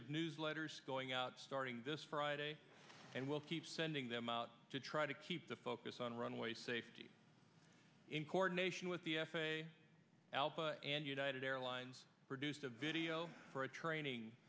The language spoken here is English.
of newsletters going out starting this friday and we'll keep sending them out to try to keep the focus on runway safety in coordination with the f a a alpha and united airlines produced a video for a training